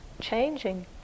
changing